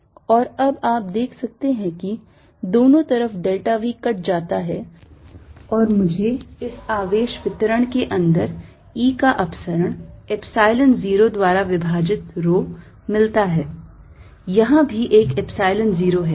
और अब आप देख सकते हैं कि दोनों तरफ delta V कट जाता है और मुझे इस आवेश वितरण के अंदर E का अपसरण epsilon zero द्वारा विभाजित rho मिलता है यहाँ भी एक epsilon zero है